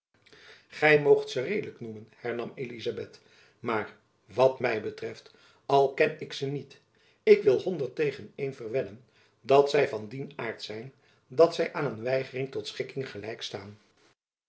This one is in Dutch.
gy moogt ze redelijk noemen hernam elizabeth maar wat my betreft al ken ik ze niet ik wil honderd tegen een verwedden dat zy van dien aart zijn dat zy aan een weigering tot schikking gelijk staan